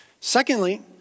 Secondly